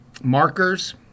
markers